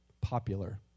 popular